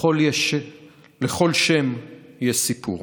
לכל שם יש סיפור.